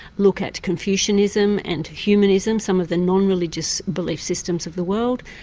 look at confucianism and humanism, some of the non-religious belief systems of the world.